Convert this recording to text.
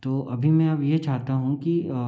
तो अभी मैं अब यह चाहता हूँ कि